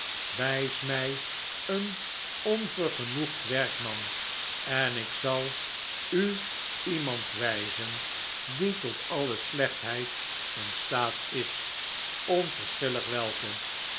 wijs mij een onvergenoegd werkman en ik zal u iemand wijzen die tot alle slechtheid in staat is onverschillig welke